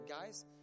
guys